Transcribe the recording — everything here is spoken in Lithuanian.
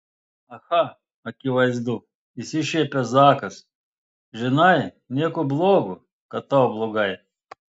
aha akivaizdu išsišiepia zakas žinai nieko blogo kad tau blogai